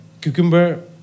Cucumber